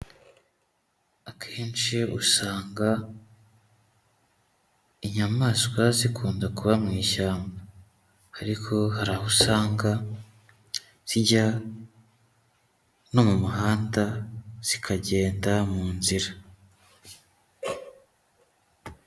Akenshi usanga inyamaswa zikunda kuba mu ishyamba, ariko hari aho usanga zijya no mu muhanda, zikagenda mu nzira.